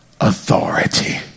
authority